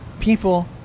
people